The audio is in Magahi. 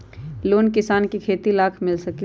लोन किसान के खेती लाख मिल सकील?